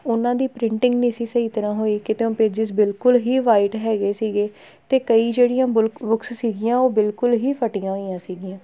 ਉਹਨਾਂ ਦੀ ਪ੍ਰਿੰਟਿੰਗ ਨਹੀਂ ਸੀ ਸਹੀ ਤਰ੍ਹਾਂ ਹੋਈ ਕਿਤਿਓਂ ਪੇਜਿਸ ਬਿਲਕੁਲ ਹੀ ਵਾਈਟ ਹੈਗੇ ਸੀਗੇ ਅਤੇ ਕਈ ਜਿਹੜੀਆਂ ਬੁਲਕ ਬੁੱਕਸ ਸੀਗੀਆਂ ਉਹ ਬਿਲਕੁਲ ਹੀ ਫਟੀਆਂ ਹੋਈਆਂ ਸੀਗੀਆਂ